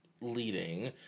leading